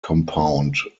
compound